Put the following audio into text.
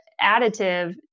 additive